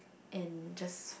and just